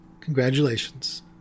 congratulations